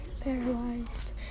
paralyzed